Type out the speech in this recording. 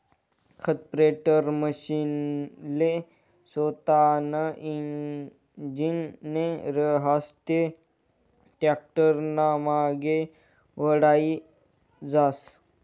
खत स्प्रेडरमशीनले सोतानं इंजीन नै रहास ते टॅक्टरनामांगे वढाई जास